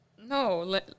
No